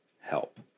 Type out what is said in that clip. help